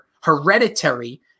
Hereditary